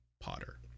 Potter